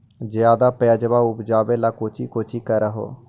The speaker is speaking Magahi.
ज्यादा प्यजबा उपजाबे ले कौची कौची कर हो?